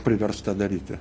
privers tą daryti